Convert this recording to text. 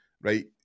right